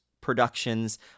productions